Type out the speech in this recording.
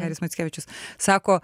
haris mackevičius sako